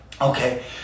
Okay